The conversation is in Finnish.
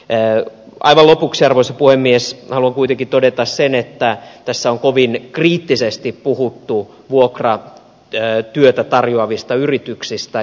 aivan lopuksi arvoisa puhemies haluan kuitenkin todeta sen että tässä on kovin kriittisesti puhuttu vuokratyötä tarjoavista yrityksistä